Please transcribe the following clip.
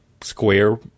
square